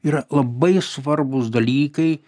yra labai svarbūs dalykai